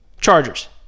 Chargers